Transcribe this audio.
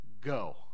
Go